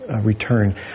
return